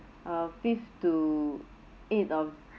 uh fifth to eighth of